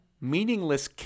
meaningless